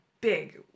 big